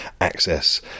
access